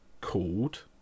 called